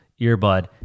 earbud